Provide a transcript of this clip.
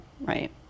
right